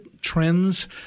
trends